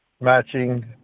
matching